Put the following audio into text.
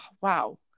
wow